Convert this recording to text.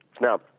Now